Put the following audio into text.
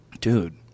Dude